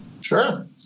Sure